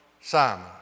Simon